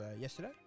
yesterday